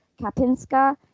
Kapinska